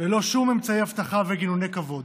ללא שום אמצעי אבטחה וגינוני כבוד.